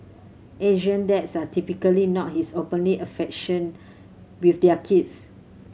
Asian dads are typically not his openly affection with their kids